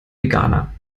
veganer